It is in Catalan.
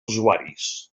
usuaris